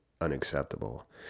unacceptable